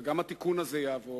וגם התיקון הזה יעבור.